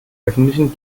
öffentlichen